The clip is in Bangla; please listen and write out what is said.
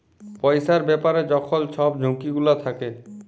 পইসার ব্যাপারে যখল ছব ঝুঁকি গুলা থ্যাকে